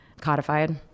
codified